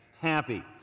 happy